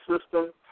system